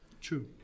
True